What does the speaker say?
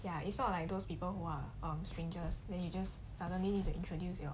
ya it's sort of like those people who are on strangers then you just suddenly to introduce you know